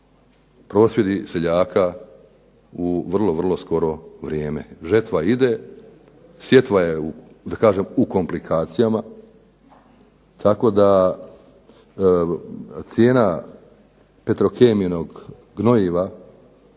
prosvjedi seljaka u vrlo, vrlo skoro vrijeme. Žetva ide, sjetva je da kažem u komplikacijama, tako da cijena Petrokemijinog gnojiva,